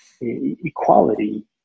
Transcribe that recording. equality